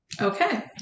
Okay